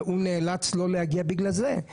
והוא נאלץ בגלל זה לא להגיע.